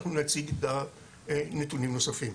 אנחנו נציג נתונים נוספים.